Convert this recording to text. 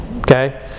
okay